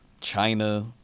China